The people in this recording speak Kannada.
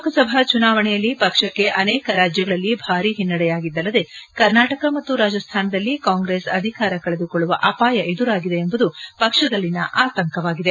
ಲೋಕಸಭಾ ಚುನಾವಣೆಯಲ್ಲಿ ಪಕ್ಷಕ್ಕೆ ಅನೇಕ ರಾಜ್ಯಗಳಲ್ಲಿ ಭಾರೀ ಹಿನ್ನಡೆಯಾಗಿದ್ದಲ್ಲದೆ ಕರ್ನಾಟಕ ಮತ್ತು ರಾಜಸ್ತಾನದಲ್ಲಿ ಕಾಂಗ್ರೆಸ್ ಅಧಿಕಾರ ಕಳೆದುಕೊಳ್ಳುವ ಅಪಾಯ ಎದುರಾಗಿದೆ ಎಂಬುದು ಪಕ್ಷದಲ್ಲಿನ ಆತಂಕವಾಗಿದೆ